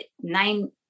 nine